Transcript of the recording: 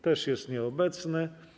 Też jest nieobecny.